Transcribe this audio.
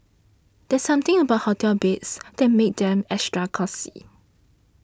there's something about hotel beds that makes them extra cosy